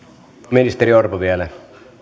ministeri orpo vielä